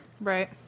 Right